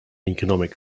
economic